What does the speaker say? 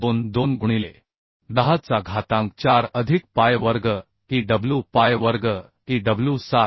22 गुणिले 10 चा घातांक 4 अधिक pi वर्ग EIw पाई वर्ग EIw 7